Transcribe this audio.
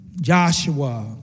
Joshua